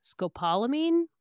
scopolamine